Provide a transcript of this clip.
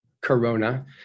Corona